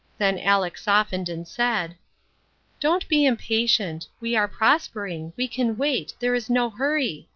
then aleck softened and said don't be impatient. we are prospering we can wait there is no hurry.